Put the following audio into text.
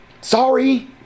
Sorry